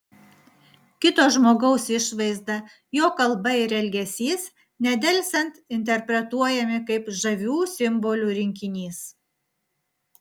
kito žmogaus išvaizda jo kalba ir elgesys nedelsiant interpretuojami kaip žavių simbolių rinkinys